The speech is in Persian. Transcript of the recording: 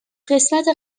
قسمت